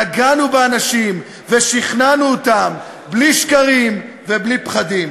נגענו באנשים ושכנענו אותם, בלי שקרים ובלי פחדים.